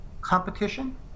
competition